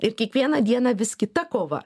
ir kiekvieną dieną vis kita kova